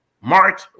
march